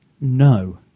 No